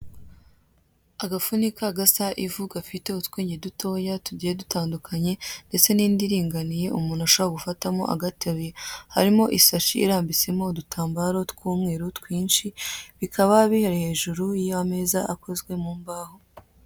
Agafunyika gasa ivu gafite utwinyo dutoya tugiye dutandukanye, ndetse n'indi iringaniye, umuntu ashobora gufatamo agateruye, harimo isashi irambitsemo udutambaro tw'umweru tw'inshi bikaba biri hejuru y'ameza akozwe mu mbaho.